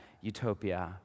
utopia